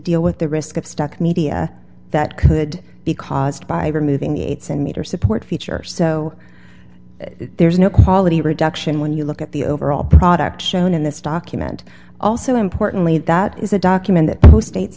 deal with the risk of stock media that could be caused by removing the aids and meter support feature so there's no quality reduction when you look at the overall product shown in this document also importantly that is a document that most states